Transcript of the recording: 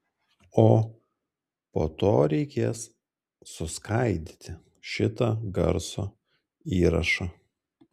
o po to reikės suskaidyti šitą garso įrašą